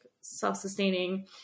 self-sustaining